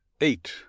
eight